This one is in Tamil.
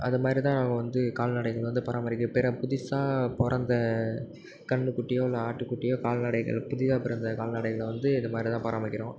அது மாதிரி தான் நாங்கள் வந்து கால்நடைகள் வந்து பராமரிக்கிறது வேறு புதுசாக பிறந்த கன்றுகுட்டியோ இல்லை ஆட்டுக்குட்டியோ கால்நடைகள் புதிதாக பிறந்த கால்நடைகளை வந்து இதை மாதிரி தான் பராமரிக்கிறோம்